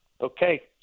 Okay